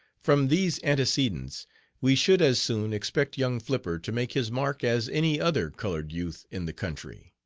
from these antecedents we should as soon expect young flipper to make his mark as any other colored youth in the country.